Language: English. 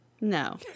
No